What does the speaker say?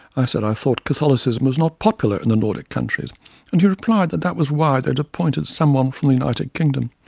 i said i thought catholicism was not popular in the nordic countries and he replied that that was why they had appointed someone from the united kingdom.